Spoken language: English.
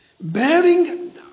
bearing